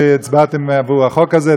שהצבעתם עבור החוק הזה,